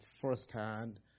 first-hand